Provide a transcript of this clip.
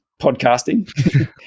podcasting